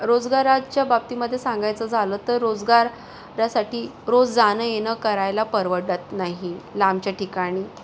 रोजगाराच्या बाबतीमध्ये सांगायचं झालं तर रोजगार यासाठी रोज जाणं येणं करायला परवडत नाही लांबच्या ठिकाणी